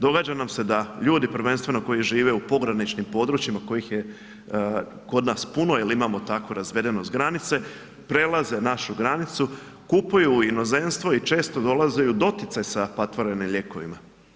Događa nam se da ljudi prvenstveno koji žive u pograničnim područjima, kojih je kod nas puno jer imamo takvu razvedenost granice, prelaze našu granicu, kupuju u inozemstvo i često dolaze i u doticaj sa patvorenim lijekovima.